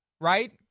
right